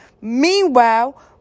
Meanwhile